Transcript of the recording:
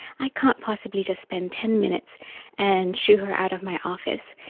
i can't possibly just spent ten minutes and shoo her out of my office,